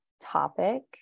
topic